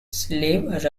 slave